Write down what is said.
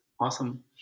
Awesome